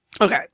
Okay